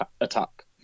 attack